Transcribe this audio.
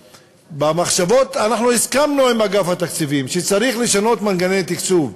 במחשבות הסכמנו עם אגף התקציבים שצריך לשנות מנגנוני תקצוב,